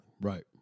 Right